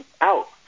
out